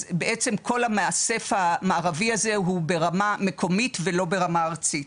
בעצם כל המאסף המערבי הזה הוא ברמה מקומית ולא ברמה ארצית.